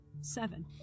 Seven